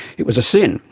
it was a sin,